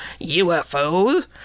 UFOs